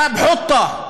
באב חוטה,